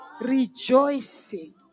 rejoicing